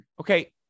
okay